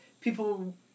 people